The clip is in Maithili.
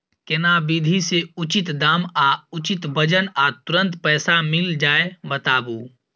केना विधी से उचित दाम आ उचित वजन आ तुरंत पैसा मिल जाय बताबू?